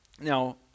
Now